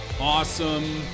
awesome